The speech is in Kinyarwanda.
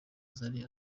zari